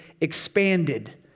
expanded